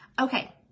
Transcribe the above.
Okay